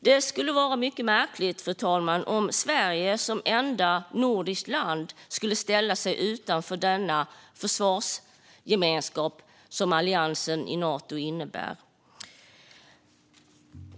Det skulle vara mycket märkligt, fru talman, om Sverige som enda nordiskt land skulle ställa sig utanför den försvarsgemenskap som alliansen i Nato innebär.